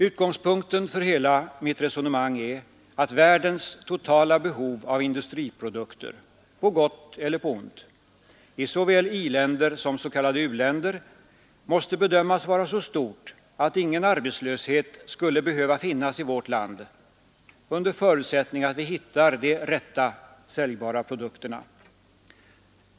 Utgångspunkten för hela mitt resonemang är att världens totala behov av industriprodukter — på gott eller ont — i såväl i-länder som s.k. u-länder måste bedömas vara så stort att ingen arbetslöshet skulle behöva finnas i vårt land, under förutsättning att vi hittar de rätta, säljbara produkterna.